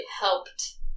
helped